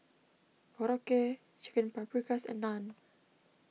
Korokke Chicken Paprikas and Naan